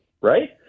Right